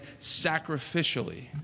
sacrificially